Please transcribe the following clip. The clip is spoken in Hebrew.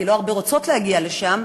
כי לא הרבה רוצות להגיע לשם,